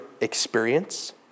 experience